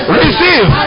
receive